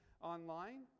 online